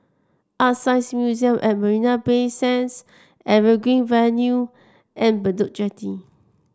Art Science Museum at Marina Bay Sands Evergreen Avenue and Bedok Jetty